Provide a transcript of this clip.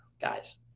guys